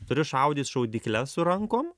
turi šaudyt šaudykles su rankom